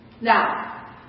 Now